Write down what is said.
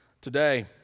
Today